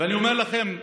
ואני אומר לכם,